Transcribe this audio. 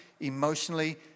emotionally